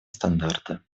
стандарты